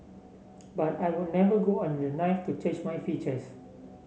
but I would never go under the knife to change my features